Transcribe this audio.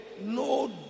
No